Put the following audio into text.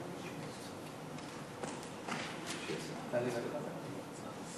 ההצעה להעביר את הנושא לוועדת החוץ